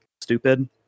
stupid